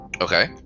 Okay